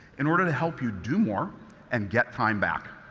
in order to help you do more and get time back.